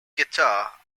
guitar